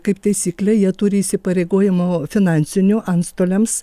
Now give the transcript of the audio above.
kaip taisyklė jie turi įsipareigojimų finansinių antstoliams